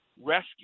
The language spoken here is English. rescue